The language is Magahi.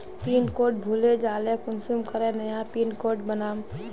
पिन कोड भूले जाले कुंसम करे नया पिन कोड बनाम?